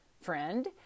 friend